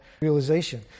realization